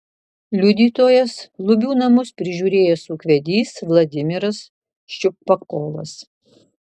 liudytojas lubių namus prižiūrėjęs ūkvedys vladimiras ščiupakovas